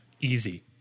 Easy